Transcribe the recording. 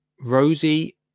Rosie